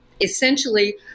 Essentially